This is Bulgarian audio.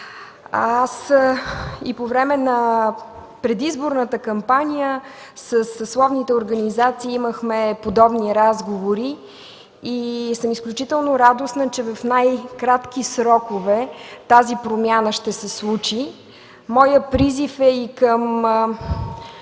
И по време на предизборната кампания със съсловните организации имахме подобни разговори. Изключително радостна съм, че в най-кратки срокове тази промяна ще се случи. Моят призив е и към